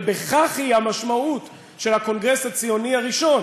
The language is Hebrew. ובכך המשמעות של הקונגרס הציוני הראשון,